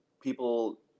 people